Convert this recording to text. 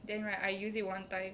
then right I use it one time